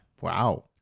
Wow